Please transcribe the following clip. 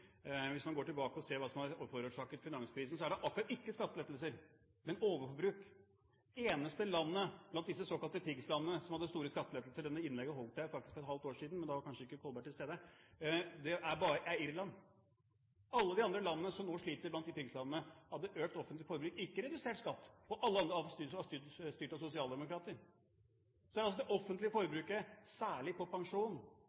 Hvis man går tilbake og ser på hva som har forårsaket finanskrisen, er det akkurat ikke skattelettelser, men overforbruk. Det eneste landet blant disse såkalte PIGS-landene som hadde store skattelettelser – dette innlegget holdt jeg faktisk for et halvt år siden, men da var kanskje ikke Kolberg til stede – er Irland. Alle de andre landene som nå sliter blant PIGS-landene, hadde økt offentlig forbruk, ikke redusert skatt. Alle landene var styrt av sosialdemokrater. Det er altså det offentlige